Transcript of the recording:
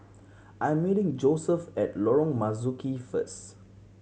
I am meeting Joeseph at Lorong Marzuki first